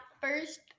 first